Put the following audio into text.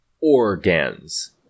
organs